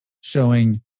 showing